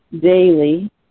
daily